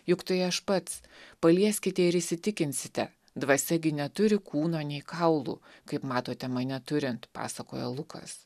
juk tai aš pats palieskite ir įsitikinsite dvasia gi neturi kūno nei kaulų kaip matote mane turint pasakojo lukas